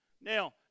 Now